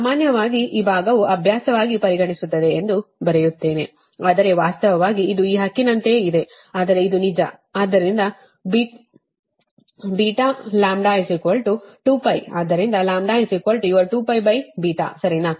ಸಾಮಾನ್ಯವಾಗಿ ವಾಸ್ತವವಾಗಿ ಈ ಭಾಗವು ಅಭ್ಯಾಸವಾಗಿ ಪರಿಣಮಿಸುತ್ತದೆ ಎಂದು ಬರೆಯುತ್ತೇನೆ ಆದರೆ ವಾಸ್ತವವಾಗಿ ಇದು ಈ ಹಕ್ಕಿನಂತೆಯೇ ಇದೆ ಆದರೆ ಇದು ನಿಜ ಆದ್ದರಿಂದ λ 2πಆದ್ದರಿಂದ λ your2π ಸರಿನಾ